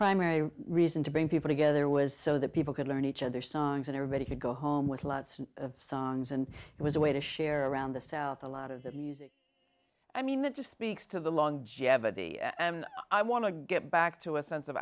primary reason to bring people together was so that people could learn each other songs and everybody could go home with lots of songs and it was a way to share around the south a lot of the music i mean that just speaks to the long jav of the i want to get back to a sense of